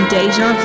Deja